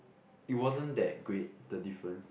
it wasn't that great the difference